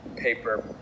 paper